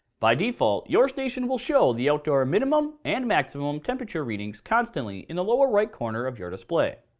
by default, your station will show the outdoor minimum and maximum temperature readings constantly in the lower right corner of your display.